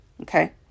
Okay